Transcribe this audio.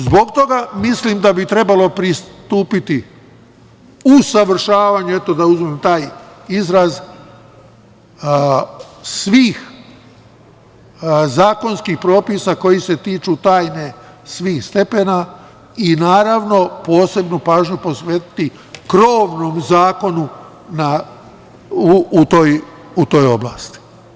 Zbog toga mislim da bi trebalo pristupiti usavršavanju, eto, da uzmem taj izraz, svih zakonskih propisa koji se tiču tajne svih stepena i naravno posebnu pažnju posvetiti krovnom zakonu u toj oblasti.